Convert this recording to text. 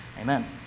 Amen